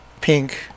pink